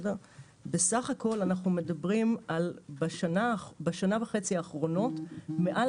בסך הכול בשנה וחצי האחרונות אנחנו מדברים על למעלה